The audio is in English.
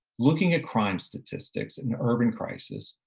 looking at crime statistics and the urban crisis,